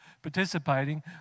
participating